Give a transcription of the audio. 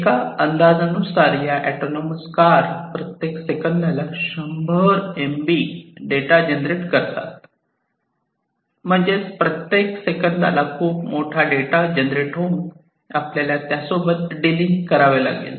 एका अंदाजानुसार या ऑटोनॉमस कार प्रत्येक सेकंदाला 100 MB डेटा जनरेट करतात म्हणजेच प्रत्येक सेकंदाला खूप मोठा डेटा जनरेट होऊन आपल्याला त्यासोबत डीलिंग करावे लागेल